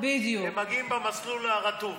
הם מגיעים במסלול הרטוב.